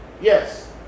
Yes